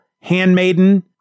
Handmaiden